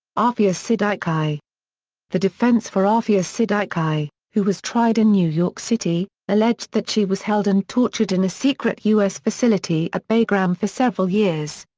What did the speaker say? aafia siddiqui the defense for aafia siddiqui, who was tried in new york city, alleged that she was held and tortured in a secret us facility at bagram for several years.